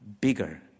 Bigger